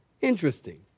Interesting